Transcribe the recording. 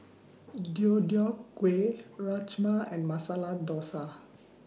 Deodeok Gui Rajma and Masala Dosa